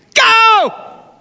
go